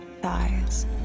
thighs